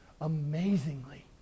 amazingly